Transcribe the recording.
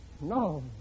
No